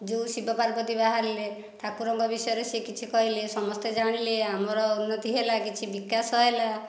ଯେଉଁ ଶିବ ପାର୍ବତୀ ବାହାରିଲେ ଠାକୁରଙ୍କ ବିଷୟରେ ସେ କିଛି କହିଲେ ସମସ୍ତେ ଜାଣିଲେ ଆମର ଉନ୍ନତି ହେଲା କିଛି ବିକାଶ ହେଲା